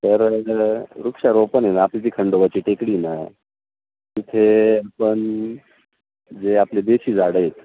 तर वृक्षारोपण आहे ना आपली ती खंडोबाची टेकडी ना तिथे आपण जे आपले बेची झाडं आहेत